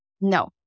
No